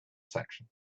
section